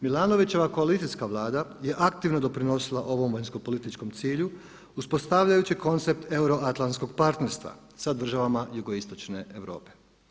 Milanovićeva koalicijska vlada je aktivno doprinosila ovom vanjskopolitičkom cilju, uspostavljajući koncept euroatlantskog partnerstva sa državama Jugoistočne Europe.